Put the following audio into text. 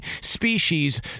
species